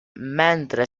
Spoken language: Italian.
mentre